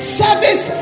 service